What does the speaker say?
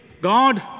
God